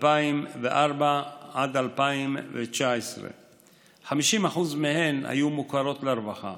2004 עד 2019. 50% מהן היו מוכרות לרווחה,